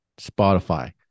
Spotify